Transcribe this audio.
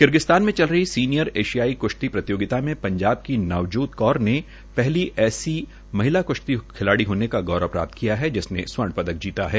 किर्गीस्तान में चल रही सीनियर एशियाई कुश्ती प्रतियोगिता में पंजाब की नवजोत कौर ने पहली ऐसी महिला कृश्ती खिलाड़ी होने का गौरव प्राप्त किया है जिसने स्वर्ण पदक जीता है